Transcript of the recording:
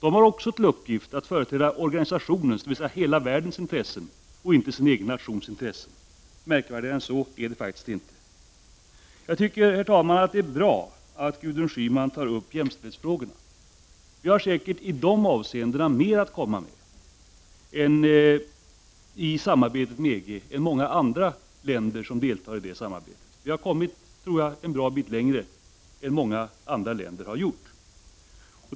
Också de har till uppgift att företräda organisationens, dvs. hela världens intressen, inte sin egen nations intressen. Märkvärdigare än så är det faktiskt inte. Herr talman! Det är bra att Gudrun Schyman tar upp jämställdhetsfrågorna. Vi har säkerligen i de avseendena mer att komma med i samarbetet med EG än många andra länder som deltar i det samarbetet. Jag tror att vi har kommit en bra bit längre än många andra länder har gjort.